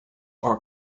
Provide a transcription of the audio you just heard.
are